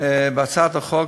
בהצעת החוק,